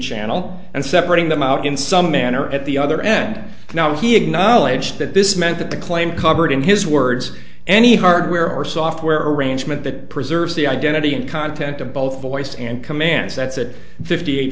channel and separating them out in some manner at the other end now he acknowledged that this meant that the claim covered in his words any hardware or software arrangement that preserves the identity and content of both voice and commands that's it fifty eight